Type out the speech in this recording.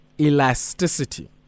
elasticity